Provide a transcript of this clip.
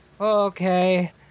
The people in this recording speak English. okay